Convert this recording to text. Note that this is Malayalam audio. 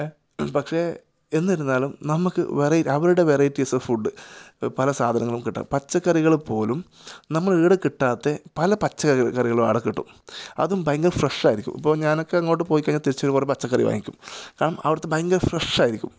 ഏഹ് പക്ഷെ എന്നിരുന്നാലും നമുക്ക് വെറയി അവരുടെ വെറയിറ്റീസ് ഓഫ് ഫുഡ് ഇപ്പം പല സാധനങ്ങളും കിട്ടാന് പച്ചക്കറികൾ പോലും നമ്മൾ ഈടെ കിട്ടാത്ത പല പച്ചക്കറികളും ആടെ കിട്ടും അതും ഭയങ്കര ഫ്രഷായിരിക്കും ഇപ്പോൾ ഞാനൊക്കെ അങ്ങോട്ട് പോയി കഴിഞ്ഞാൽ തിരിച്ചൊരുപാട് പച്ചക്കറി വാങ്ങിക്കും കാരണം അവിടുത്തെ ഭയങ്കര ഫ്രഷായിരിക്കും